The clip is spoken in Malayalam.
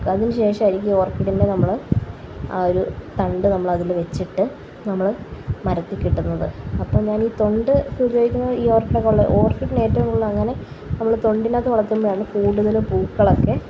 അതിനുശേഷം ആയിരിക്കും ഓര്ക്കിഡിനെ നമ്മള് ആ ഒര് തണ്ട് നമ്മള് അതില് വെച്ചിട്ട് നമ്മള് മരത്തിൽ കെട്ടുന്നത് അപ്പം ഞാൻ ഈ തൊണ്ട് ഉപയോഗിക്കുന്നത് ഈ ഓര്ക്കിഡ് ഉള്ള ഓര്ക്കിഡിന് ഏറ്റവും കൂടുതല് അങ്ങനെ നമ്മള് തൊണ്ടിനകത്ത് വളര്ത്തുമ്പഴാണ് കൂടുതലും പൂക്കളൊക്കെ